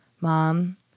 Mom